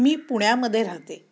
मी पुण्यामध्ये राहते